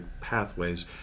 pathways